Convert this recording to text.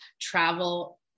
travel